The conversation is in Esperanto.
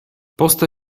poste